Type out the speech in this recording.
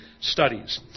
studies